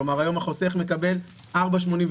כלומר היום החוסך מקבל 4.86,